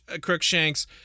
Crookshanks